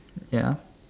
ya